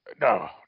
no